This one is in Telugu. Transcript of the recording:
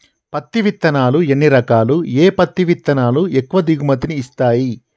పత్తి విత్తనాలు ఎన్ని రకాలు, ఏ పత్తి విత్తనాలు ఎక్కువ దిగుమతి ని ఇస్తాయి?